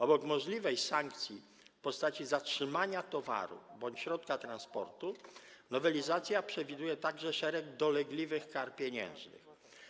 Obok możliwej sankcji w postaci zatrzymania towaru bądź środka transportu nowelizacja przewiduje także szereg dolegliwych kar pieniężnych.